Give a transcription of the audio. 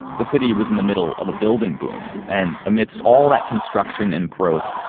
the city was in the middle of a building boom and amidst all that construction and growth,